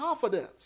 confidence